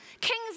kings